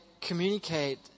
communicate